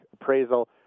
appraisal